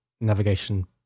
navigation